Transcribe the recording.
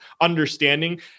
understanding